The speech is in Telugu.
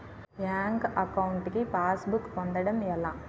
బ్యాంక్ అకౌంట్ కి పాస్ బుక్ పొందడం ఎలా?